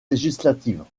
législatives